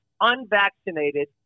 unvaccinated